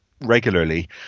regularly